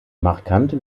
markante